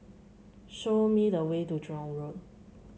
show me the way to Jurong Road